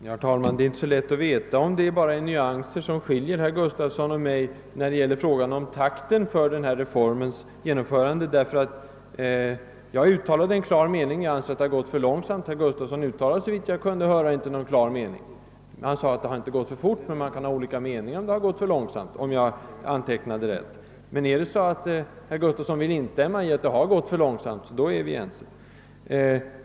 Herr talman! Det är inte så lätt att veta om det är bara nyanser som skiljer herr Gustafsson i Barkarby och mig när det gäller frågan om takten för reformens genomförande. Jag uttalade en klar mening att det har gått för långsamt, medan herr Gustafsson såvitt jag kunde höra inte uttalade någon bestämd uppfattning. Han sade, om jag antecknade rätt, att det inte har gått för fort, men att man kan ha olika meningar om huruvida det har gått för långsamt. Är det emellertid så att herr Gustafsson vill instämma i att det gått för långsamt, då är vi ense.